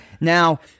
now